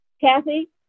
Kathy